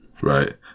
Right